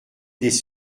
des